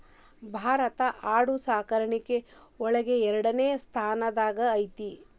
ಭಾರತಾ ಆಡು ಸಾಕಾಣಿಕೆ ಒಳಗ ಎರಡನೆ ಸ್ತಾನದಾಗ ಐತಿ